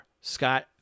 Scott